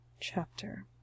chapter